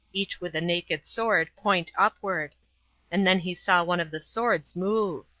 each with a naked sword, point upward and then he saw one of the swords move.